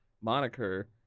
moniker